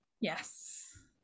yes